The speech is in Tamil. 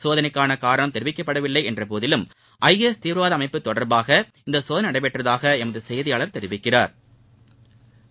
சோதனைக்கான காரணம் தெரிவிக்கப்படவில்லையென்ற போதிலும் ஐ எஸ் தீவிரவாத அமைப்பு தொடர்பாக இந்த சோதனை நடைபெற்றதாக எமது செய்தியாளர் தெரிவிக்கிறாா்